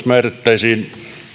määrättäisiin